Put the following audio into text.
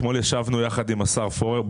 אתמול ישבנו עם השר פורר.